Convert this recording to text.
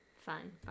fun